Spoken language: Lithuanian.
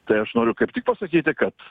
tai aš noriu kaip tik pasakyti kad